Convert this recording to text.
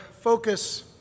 focus